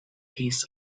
his